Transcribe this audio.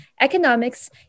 economics